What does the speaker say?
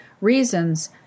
reasons